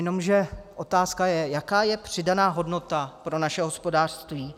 Jenomže otázka je: Jaká je přidaná hodnota pro naše hospodářství?